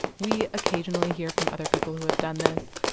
we occasionally hear from other people who have done this.